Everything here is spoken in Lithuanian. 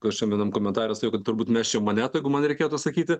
kažkuriam vienam komentare sakiau kad turbūt mesčiau monetą jeigu man reikėtų sakyti